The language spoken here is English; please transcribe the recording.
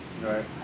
Right